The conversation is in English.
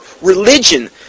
religion